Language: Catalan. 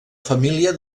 família